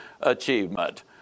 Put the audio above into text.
achievement